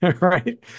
right